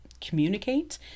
communicate